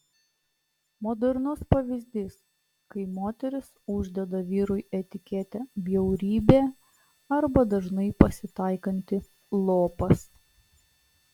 modernus pavyzdys kai moteris uždeda vyrui etiketę bjaurybė arba dažnai pasitaikantį lopas